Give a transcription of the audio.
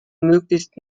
möglichst